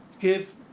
give